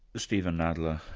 steven nadler,